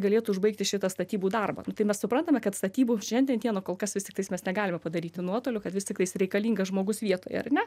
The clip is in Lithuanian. galėtų užbaigti šitą statybų darbą nu tai mes suprantame kad statybų šiandien dienai kol kas vis tiktais mes negalime padaryti nuotoliu kad vis tiktais reikalingas žmogus vietoj ar ne